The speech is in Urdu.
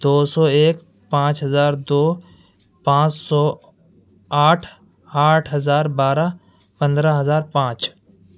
دو سو ایک پانچ ہزار دو پانچ سو آٹھ آٹھ ہزار بارہ پندرہ ہزار پانچ